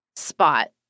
spot